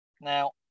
Now